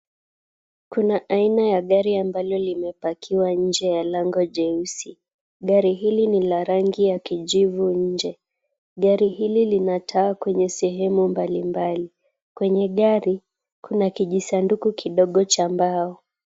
Kuna aina ya gari ambalo limepakiwa nje ya lango jeusi. Gari hili ni la rangi ya kijivu nje. Gari hili lina taa kwenye sehemu mbalimbali. Kwenye gari kuna kijisanduku kidogo cha mbao.